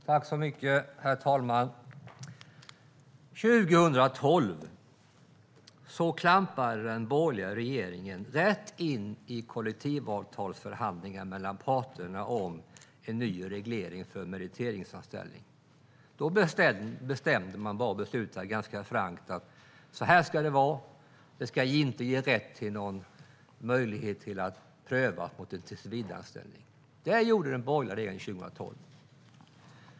Herr talman! År 2012 klampade den borgerliga regeringen rätt in i kollektivavtalsförhandlingen mellan parterna om en ny reglering för meriteringsanställning. Då beslutade man ganska frankt att så här ska det vara, och det ska inte ge rätt till någon möjlighet att prövas för en tillsvidareanställning. Det gjorde den borgerliga regeringen 2012.